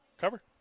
cover